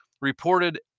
reported